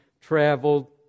traveled